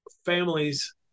families